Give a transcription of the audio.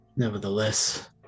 Nevertheless